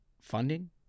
funding